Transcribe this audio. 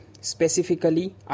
Specifically